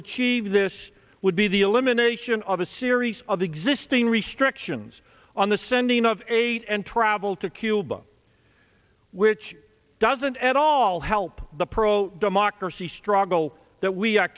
achieve this would be the elimination of a series of existing restrictions on the sending of eight and travel to cuba which doesn't at all help the pro democracy struggle that we are